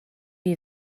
est